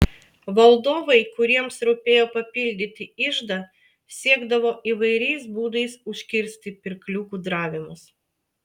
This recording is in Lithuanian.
valdovai kuriems rūpėjo papildyti iždą siekdavo įvairiais būdais užkirsti pirklių gudravimus